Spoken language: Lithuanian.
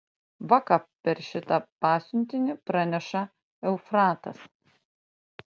va ką per šitą pasiuntinį praneša eufratas